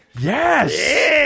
Yes